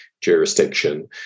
jurisdiction